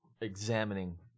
examining